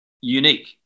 unique